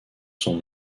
son